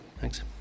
Thanks